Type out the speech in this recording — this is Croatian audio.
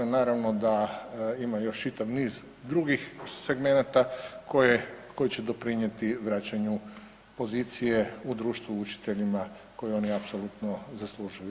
Naravno da ima još čitav niz drugih segmenata koje, koji će doprinjeti vraćanju pozicije u društvu učiteljima koje oni apsolutno zaslužuju.